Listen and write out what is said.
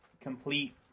complete